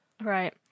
Right